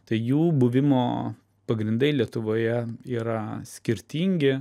tai jų buvimo pagrindai lietuvoje yra skirtingi